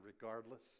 regardless